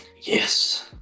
Yes